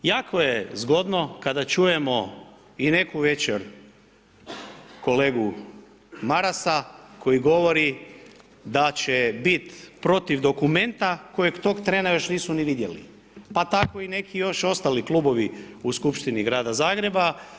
Jako je zgodno kada čujemo i neku večer kolegu Marasa koji govori da će bit protiv dokumenta kojeg tog trena još nisu ni vidjeli pa tako i neki još ostali klubovi u Skupštini Grada Zagreba.